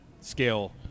scale